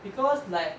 because like